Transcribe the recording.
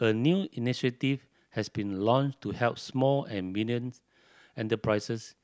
a new initiative has been launched to help small and medium enterprises